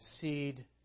seed